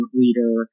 leader